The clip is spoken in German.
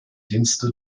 dienste